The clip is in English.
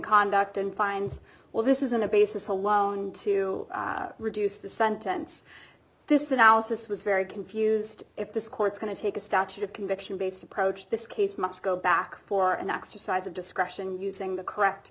conduct and finds well this isn't a basis alone to reduce the sentence this analysis was very confused if this court's going to take a statute of conviction based approach this case must go back for an exercise of discretion using the correct